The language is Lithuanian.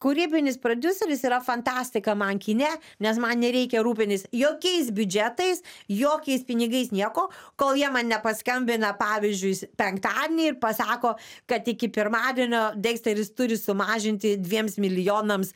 kūrybinis prodiuseris yra fantastika man kine nes man nereikia rūpintis jokiais biudžetais jokiais pinigais nieko kol jie man nepaskambina pavyzdžiuis penktadienį ir pasako kad iki pirmadienio deksteris turi sumažinti dviems milijonams